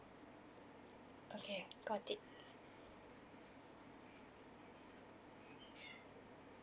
okay got it